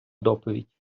доповідь